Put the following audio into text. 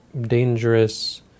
dangerous